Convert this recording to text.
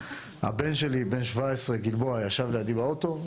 הבן שלי גלבוע בן 17 ישב לידי באוטו.